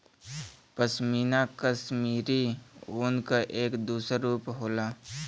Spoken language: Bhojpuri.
पशमीना कशमीरी ऊन क एक दूसर रूप होला